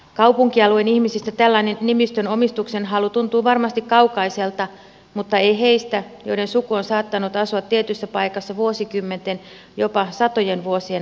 kaupunkialueen ihmisistä tällainen nimistön omistuksenhalu tuntuu varmasti kaukaiselta mutta ei heistä joiden suku on saattanut asua tietyssä paikassa vuosikymmenten jopa satojen vuosien ajan